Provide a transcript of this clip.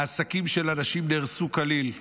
עסקים של אנשים נהרסו כליל.